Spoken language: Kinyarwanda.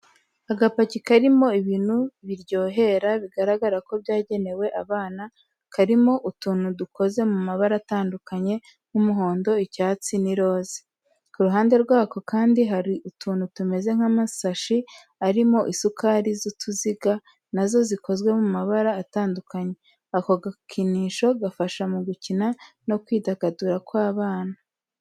Agapaki karimo ibintu biryohera, bigaragara ko byagenewe abana, karimo utuntu dukoze mu mabara atandukanye nk'umuhondo, icyatsi n'iroze. Ku ruhande rwako kandi, hari utuntu tumeze nk'amasashi arimo isukari z'utuziga, na zo zikozwe mu mabara atandukanye. Ako gakinisho gafasha mu gukina no kwidagadura kw'abana.